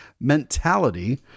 mentality